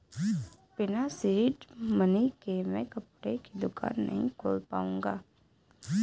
बिना seed money के मैं कपड़े की दुकान नही खोल पाऊंगा